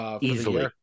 easily